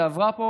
והיא עברה פה,